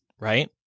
right